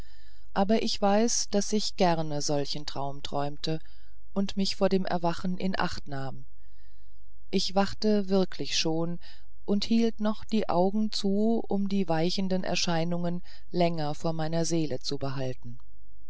aber ich weiß daß ich gerne solchen traum träumte und mich vor dem erwachen in acht nahm ich wachte wirklich schon und hielt noch die augen zu um die weichenden erscheinungen länger vor meiner seele zu behalten